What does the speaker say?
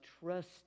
trust